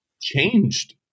changed